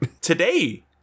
today